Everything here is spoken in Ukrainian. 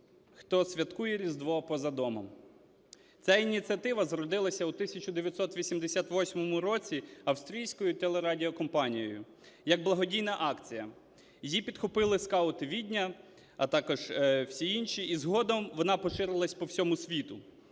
хто святкує Різдво поза домом. Ця ініціатива зародилася в 1988 році австрійською телерадіокомпанією як благодійна акція, її підхопили скаути Відня, а також всі інші, і згодом вона поширилась по всьому світу.